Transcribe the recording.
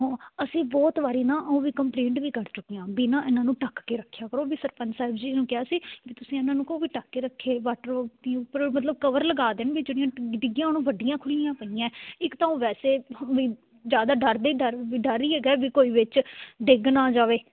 ਹਾਂ ਅਸੀਂ ਬਹੁਤ ਵਾਰੀ ਨਾ ਉਹ ਵੀ ਕੰਪਲੇਂਟ ਵੀ ਕਰ ਚੁੱਕੀ ਹਾਂ ਵੀ ਨਾ ਇਹਨਾਂ ਨੂੰ ਢੱਕ ਕੇ ਰੱਖਿਆ ਕਰੋ ਵੀ ਸਰਪੰਚ ਸਾਹਿਬ ਜੀ ਨੂੰ ਕਿਹਾ ਸੀ ਵੀ ਤੁਸੀਂ ਇਹਨਾਂ ਨੂੰ ਕਹੋ ਢੱਕ ਕੇ ਰੱਖੇ ਵਟਰ ਟੈਂਕੀ ਉੱਪਰ ਮਤਲਭ ਕਵਰ ਲਗਾ ਦੇਣ ਵੀ ਜਿਹੜੀਆਂ ਡਿ ਡਿੱਗੀਆ ਉਹ ਵੱਡੀਆ ਖੁੱਲ੍ਹੀਆਂ ਪਈਆ ਇੱਕ ਤਾਂ ਉਹ ਵੈਸੇ ਵੀ ਉਈਂ ਜ਼ਿਆਦਾ ਡਰਦੇ ਡਰ ਵੀ ਡਰ ਹੀ ਹੈਗਾ ਵੀ ਕੋਈ ਵਿੱਚ ਡਿੱਗ ਨਾ ਜਾਵੇ